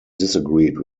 disagreed